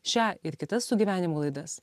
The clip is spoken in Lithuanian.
šią ir kitas sugyvenimų laidas